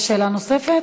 יש שאלה נוספת?